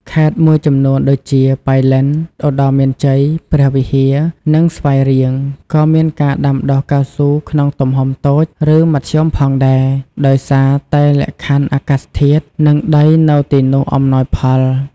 ខេត្តមួយចំនួនដូចជា ប៉ៃលិន ឧត្តរមានជ័យ ព្រះវិហារ និងស្វាយរៀង ក៏មានការដាំដុះកៅស៊ូក្នុងទំហំតូច ឬមធ្យមផងដែរ ដោយសារតែលក្ខខណ្ឌអាកាសធាតុ និងដីនៅទីនោះអំណោយផល។